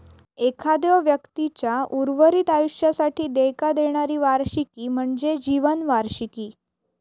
एखाद्यो व्यक्तीचा उर्वरित आयुष्यासाठी देयका देणारी वार्षिकी म्हणजे जीवन वार्षिकी